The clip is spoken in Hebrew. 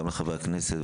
לחבר הכנסת,